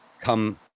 come